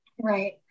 right